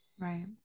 Right